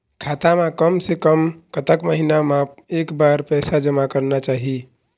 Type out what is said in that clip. खाता मा कम से कम कतक महीना मा एक बार पैसा जमा करना चाही?